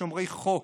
שומרי חוק,